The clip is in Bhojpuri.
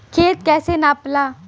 खेत कैसे नपाला?